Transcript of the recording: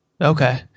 okay